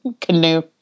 Canoe